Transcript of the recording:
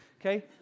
Okay